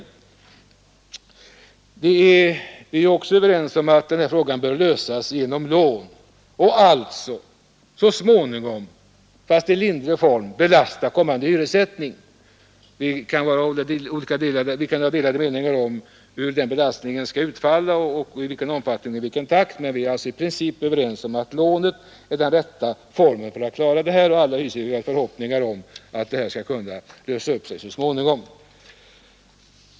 Vi — med undantag av moderaterna — är också överens om att finansieringen bör klaras genom lån och så småningom, fast i lindrig form, alltså belasta kommande hyressättning. Vi kan ha delade meningar om hur den belastningen skall utfalla — det gäller både omfattningen och takten — men i princip är vi överens om att lånet är den rätta formen, och alla hyser vi väl förhoppningar om att hela frågan skall kunna lösas så småningom.